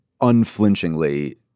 unflinchingly